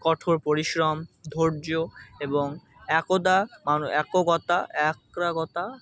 কঠোর পরিশ্রম ধৈর্য এবং একদা মা একগতা একাগ্রতা